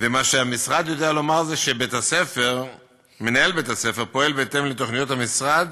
ומה שהמשרד יודע לומר זה שמנהל בית-הספר פועל בהתאם לתוכניות המשרד